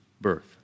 birth